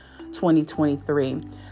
2023